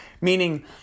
meaning